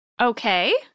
Okay